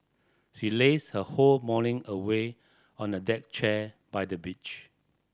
she lazed her whole morning away on a deck chair by the beach